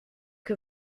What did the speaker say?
que